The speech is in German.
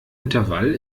intervall